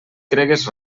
cregues